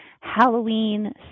Halloween